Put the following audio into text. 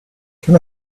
can